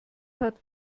hat